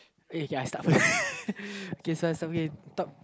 eh okay I start first okay talk